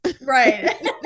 Right